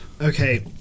Okay